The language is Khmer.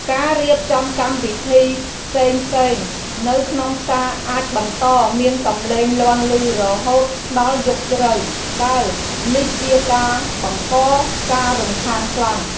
ការរៀបចំកម្មវិធីផ្សេងៗនៅក្នុងផ្សារអាចបន្តមានសំឡេងលាន់ឮរហូតដល់យប់ជ្រៅ ដែលនេះជាការបង្កការរំខានខ្លាំង។